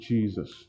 Jesus